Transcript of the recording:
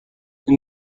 این